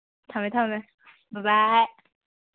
ꯊꯝꯃꯦ ꯊꯝꯃꯦ ꯕꯥꯏ ꯕꯥꯏ